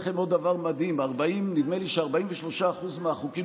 אני אגיד לכם עוד דבר מדהים: נדמה לי ש-43% מהחוקים